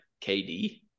KD